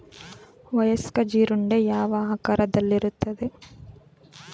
ವಯಸ್ಕ ಜೀರುಂಡೆ ಯಾವ ಆಕಾರದಲ್ಲಿರುತ್ತದೆ?